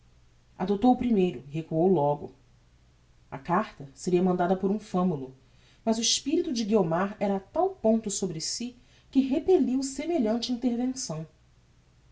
adoptou o primeiro e recuou logo a carta seria mandada por um famulo mas o espirito de guiomar era a tal ponto sobre si que repelliu semelhante intervenção